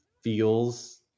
feels